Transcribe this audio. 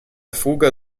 fuga